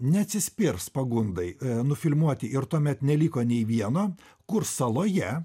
neatsispirs pagundai nufilmuoti ir tuomet neliko nei vieno kur saloje